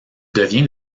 devient